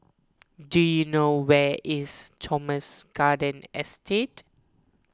do you know where is Thomson Garden Estate